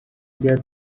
rya